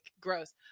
gross